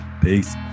Peace